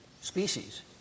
species